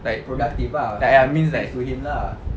like ya means that